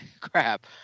crap